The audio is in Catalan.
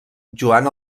joan